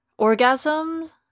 orgasms